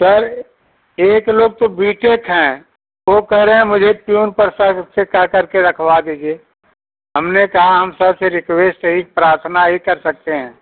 sir एक लोग तो बीटेक हैं वह कह रहे हैं मुझे प्यून पर सर से कह कर के रखवा दीजिए हमने कहा हम सर से रिक्वेस्ट ही प्रार्थना ही कर सकते हैं